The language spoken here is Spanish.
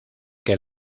que